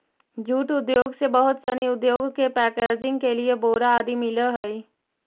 jute उद्योग से बहुत सनी उद्योग के पैकेजिंग के लिए बोरा आदि मिलऽ हइ